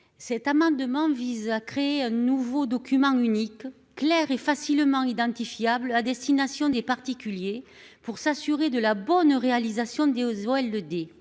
Cet amendement vise à créer un nouveau document unique, Claire et facilement identifiable à destination des particuliers pour s'assurer de la bonne réalisation des aux